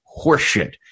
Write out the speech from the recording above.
horseshit